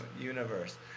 Universe